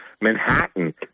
Manhattan